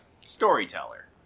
Storyteller